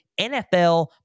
NFL